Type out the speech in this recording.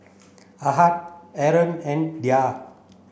Ahad Aaron and Dhia